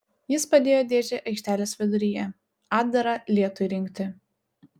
jis padėjo dėžę aikštelės viduryje atdarą lietui rinkti